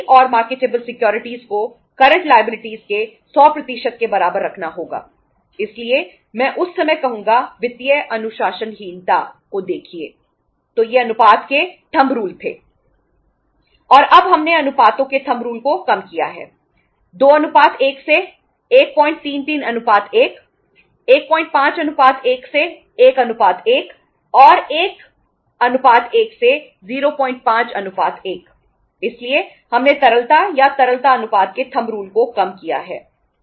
और अब हमने अनुपातों के थंब रूल को कम किया है